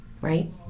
Right